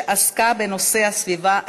שעסקה בנושא הסביבה האנושית.